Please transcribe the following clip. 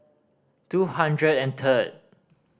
two hundred and third